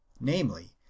namely